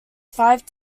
five